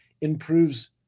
improves